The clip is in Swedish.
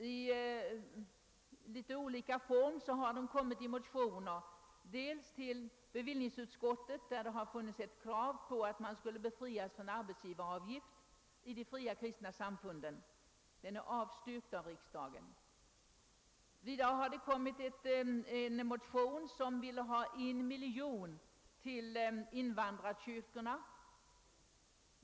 I litet olika form har de tagits upp dels i motioner som remitterats till bevillningsutskottet och vari det yrkats att de fria kristna samfunden skulle befrias från arbetsgivaravgift, dels i en motion som remitterats till statsutskottet och vari det yrkas på ett anslag på 1 miljon kronor till invandrarkyrkorna.